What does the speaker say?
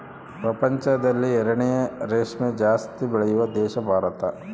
ಪ್ರಪಂಚದಲ್ಲಿ ಎರಡನೇ ರೇಷ್ಮೆ ಜಾಸ್ತಿ ಬೆಳೆಯುವ ದೇಶ ಭಾರತ